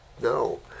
No